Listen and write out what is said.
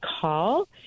call